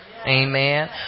Amen